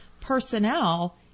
personnel